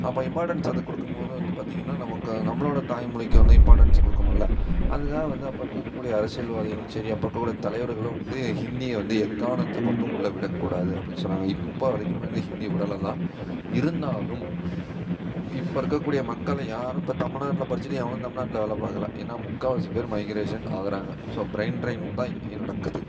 அப்போ இம்பார்ட்டன்ஸ் அதுக்கு கொடுக்கும்போது வந்து பார்த்தீங்கன்னா நமக்கு நம்மளோடய தாய்மொழிக்கு வந்து இம்பார்ட்டன்ஸ் கொடுக்கணும்ல அதுக்காக வந்து அப்போ இருக்கக்கூடிய அரசியல்வாதிகளும் சரி அப்போ இருக்கக்கூடிய தலைவர்களும் வந்து ஹிந்தியை வந்து எக்காரணத்தை கொண்டும் உள்ளே விடக்கூடாது அப்படின்னு சொன்னாங்க இப்போ வரைக்குமே வந்து ஹிந்தி விடலை தான் இருந்தாலும் இப்போ இருக்கக்கூடிய மக்கள் யாரும் இப்போ தமிழ்நாட்ல படிச்சுட்டு எவனும் தமிழ்நாட்ல வந்து வேலை பார்க்கல ஏன்னா முக்கால்வாசி பேர் மைக்ரேஷன் ஆகிறாங்க ஸோ ப்ரைன் ட்ரெய்ன் தான் இங்கேயும் நடக்குது